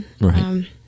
Right